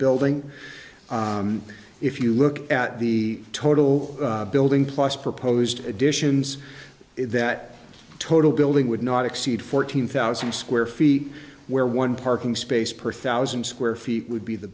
building if you look at the total building plus proposed additions that total building would not exceed fourteen thousand square feet where one parking space per thousand square feet would be the